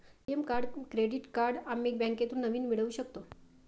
ATM card credit card आम्ही बँकेतून नवीन मिळवू शकतो